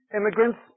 Immigrants